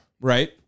Right